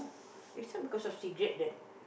is not because of cigarettes that